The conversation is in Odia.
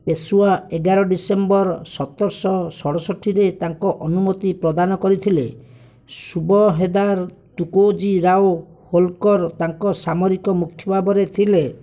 ପେଶୱା ଏଗାର ଡିସେମ୍ବର ସତରଶହ ସଡ଼ଷଠିରେ ତାଙ୍କ ଅନୁମତି ପ୍ରଦାନ କରିଥିଲେ ସୁବହେଦାର ତୁକୋଜୀ ରାଓ ହୋଲକର ତାଙ୍କ ସାମରିକ ମୁଖ୍ୟ ଭାବରେ ଥିଲେ